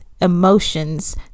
emotions